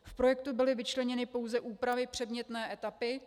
V projektu byly vyčleněny pouze úpravy předmětné etapy.